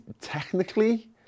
technically